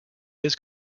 his